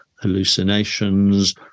hallucinations